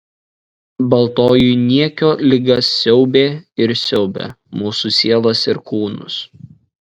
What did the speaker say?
baltoji niekio liga siaubė ir siaubia mūsų sielas ir kūnus